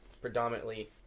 predominantly